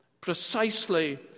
precisely